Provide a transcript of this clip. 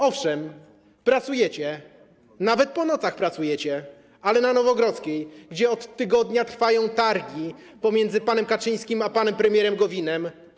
Owszem, pracujecie, nawet po nocach pracujecie, ale na Nowogrodzkiej, gdzie od tygodnia trwają targi pomiędzy panem Kaczyńskim a panem premierem Gowinem.